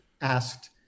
asked